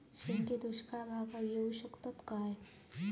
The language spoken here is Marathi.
शेंगे दुष्काळ भागाक येऊ शकतत काय?